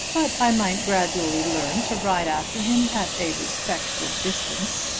but i might gradually learn to ride after him at a respectful distance.